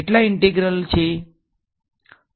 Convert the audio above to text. કેટલા ઈંટેગ્રલ કેટલા છે